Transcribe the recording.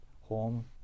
home